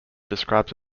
describes